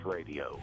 Radio